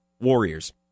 Warriors